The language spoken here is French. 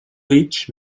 rich